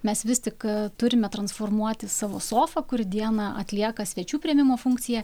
mes vis tik turime transformuoti savo sofą kuri dieną atlieka svečių priėmimo funkciją